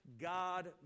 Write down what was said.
God